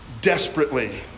desperately